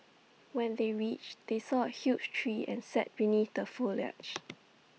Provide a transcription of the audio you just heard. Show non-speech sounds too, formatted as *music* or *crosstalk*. when they reached they saw A huge tree and sat beneath the foliage *noise*